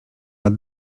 lat